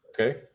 Okay